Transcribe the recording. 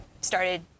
started